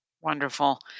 Wonderful